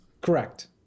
Correct